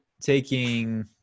taking